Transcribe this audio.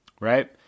Right